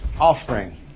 offspring